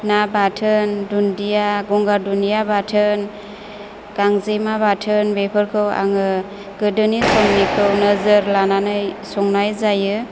ना बाथोन दुन्दिया गंगार दुनिया बाथोन गांजेमा बाथोन बेफोरखौ आङो गोदोनि समनिखौ नोजोर लानानै संनाय जायो